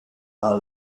are